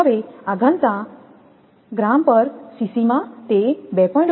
હવે આ ઘનતા 𝑔𝑚𝑐𝑐 માં તે 2